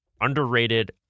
underrated